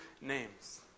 names